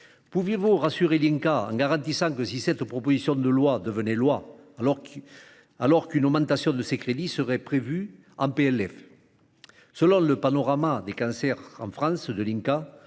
Pouvez-vous rassurer l'INCa en garantissant que, si cette proposition de loi devenait loi, une augmentation de ses crédits serait prévue en